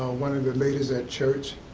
one of the ladies at church.